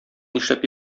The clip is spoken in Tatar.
нишләп